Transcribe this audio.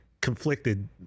conflicted